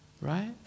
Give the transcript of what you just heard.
Right